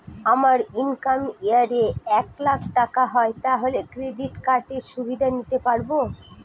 আমার income year এ এক লাক টাকা হয় তাহলে ক্রেডিট কার্ড এর সুবিধা নিতে পারবো?